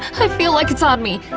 i feel like it's on me?